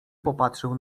popatrzył